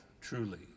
truly